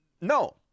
No